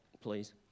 please